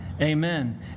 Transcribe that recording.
Amen